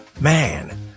Man